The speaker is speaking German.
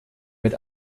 mit